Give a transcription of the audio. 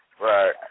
right